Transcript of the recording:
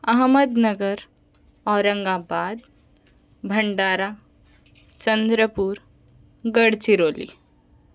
Ahmednagar Aurangabad Bhandara Chandrapur Gadchiroli